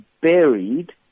buried